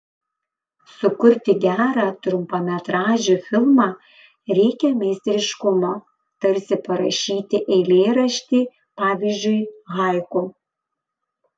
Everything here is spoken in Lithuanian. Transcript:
sukurti gerą trumpametražį filmą reikia meistriškumo tarsi parašyti eilėraštį pavyzdžiui haiku